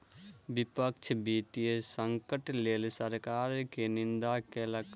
विपक्ष वित्तीय संकटक लेल सरकार के निंदा केलक